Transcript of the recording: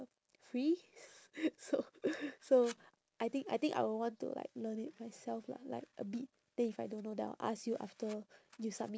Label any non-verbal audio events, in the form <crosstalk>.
free <noise> so <noise> so I think I think I would want to like learn it myself lah like a bit then if I don't know then I'll ask after you submit